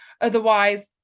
Otherwise